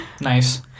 nice